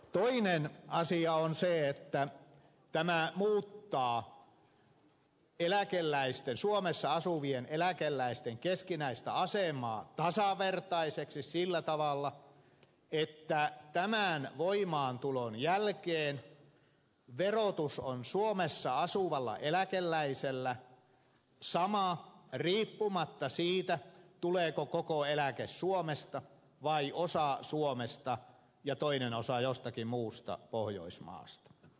toinen asia on se että tämä muuttaa suomessa asuvien eläkeläisten keskinäistä asemaa tasavertaiseksi sillä tavalla että tämän voimaantulon jälkeen verotus on suomessa asuvalla eläkeläisellä sama riippumatta siitä tuleeko koko eläke suomesta vai osa suomesta ja toinen osa jostakin muusta pohjoismaasta